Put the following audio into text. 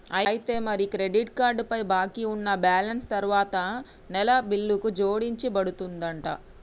అయితే మరి credit card పై బాకీ ఉన్న బ్యాలెన్స్ తరువాత నెల బిల్లుకు జోడించబడుతుందంట